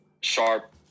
sharp